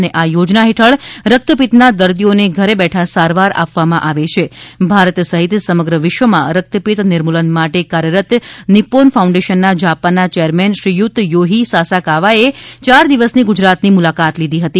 અને આ યોજના હેઠલ રક્તપિત્તના દર્દીઓને ઘરે બેઠા સારવાર આપવામાં આવે છે ભારત સહિત સમગ્ર વિશ્વમાં રક્તપિત્ત નિર્મૂલન માટે કાર્યરત નિપ્પોન ફાઉન્ડેશનના જાપાનના ચેરમેન શ્રીયુત યોહિ સાસાકાવાએ યાર દિવસની ગુજરાતની મુલાકાત લીધી હતી